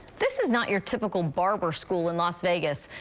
this is not your typical barber school in las vegas.